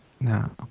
No